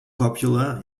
popular